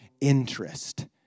interest